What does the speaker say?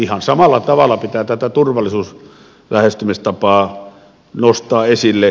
ihan samalla tavalla pitää tätä turvallisuuslähestymistapaa nostaa esille